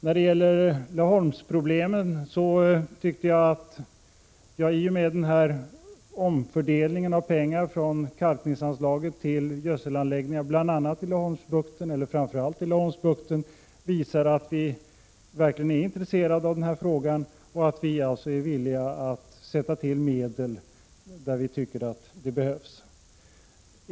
När det gäller Laholmsproblemen tycker jag att vi med förslaget om omfördelningen av medel från kalkningsanslaget till anslag för insatser som t.ex. uppförande av gödselanläggningar i framför allt Laholmsbukten visar — Prot. 1986/87:118 att vi verkligen är intresserade av den här frågan och att vi är villiga att anslå 7 maj 1987 medel där vi anser att de behövs.